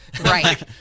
Right